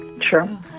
Sure